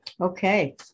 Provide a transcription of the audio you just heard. Okay